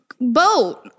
boat